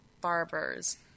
barbers